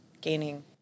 gaining